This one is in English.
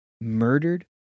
murdered